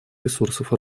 ресурсов